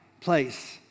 place